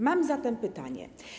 Mam zatem pytanie.